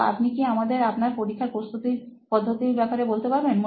তো আপনি কি আমাদের আপনার পরীক্ষার প্রস্তুতির পদ্ধতির ব্যাপারে বলতে পারবেন